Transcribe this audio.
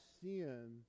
sin